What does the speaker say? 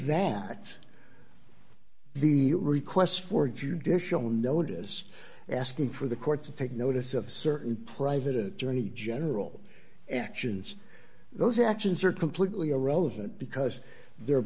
that the requests for judicial notice asking for the court to take notice of certain private attorney general actions those actions are completely irrelevant because they're